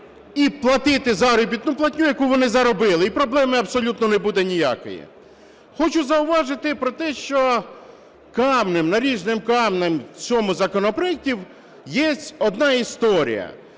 і платити заробітну платню, яку вони заробили, і проблеми абсолютно не буде ніякої. Хочу зауважити про те, що каменем, наріжним каменем в цьому законопроекті є одна історія.